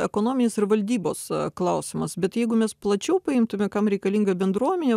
ekonominis ir valdybos klausimas bet jeigu mes plačiau paimtume kam reikalinga bendruomenė